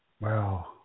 wow